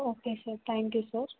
okay sir thank you sir